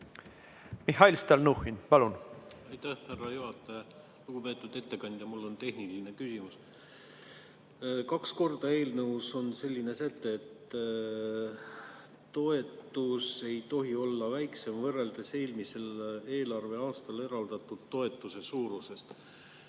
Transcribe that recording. Mihhail Stalnuhhin, palun! Aitäh, härra juhataja! Lugupeetud ettekandja! Mul on tehniline küsimus. Kaks korda on eelnõus selline säte, et toetus ei tohi olla väiksem võrreldes eelmisel eelarveaastal eraldatud toetuse suurusega.